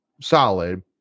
solid